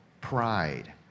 pride